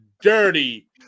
dirty